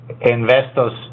investors